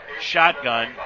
shotgun